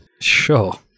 Sure